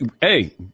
hey